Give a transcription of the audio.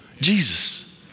Jesus